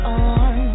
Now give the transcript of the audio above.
on